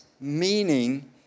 meaning